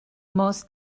mos